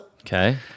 Okay